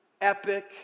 epic